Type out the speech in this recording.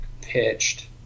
pitched